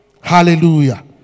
Hallelujah